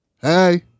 hey